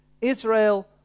Israel